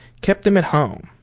kept them at home